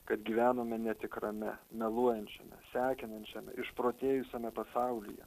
kad gyvenome netikrame meluojančiame sekinančiame išprotėjusiame pasaulyje